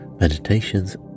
meditations